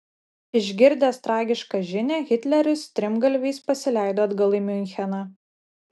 išgirdęs tragišką žinią hitleris strimgalviais pasileido atgal į miuncheną